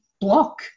block